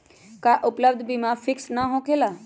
का उपलब्ध बीमा फिक्स न होकेला?